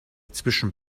zwischen